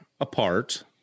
apart